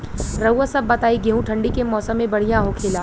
रउआ सभ बताई गेहूँ ठंडी के मौसम में बढ़ियां होखेला?